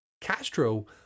Castro